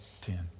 Ten